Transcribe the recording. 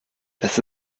das